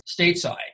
stateside